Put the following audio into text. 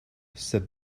said